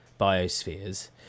biospheres